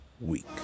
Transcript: week